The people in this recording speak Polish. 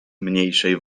mniejszej